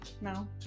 No